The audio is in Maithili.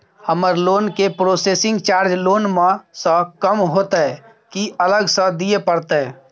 हमर लोन के प्रोसेसिंग चार्ज लोन म स कम होतै की अलग स दिए परतै?